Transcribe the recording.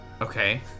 Okay